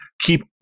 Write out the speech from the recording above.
keep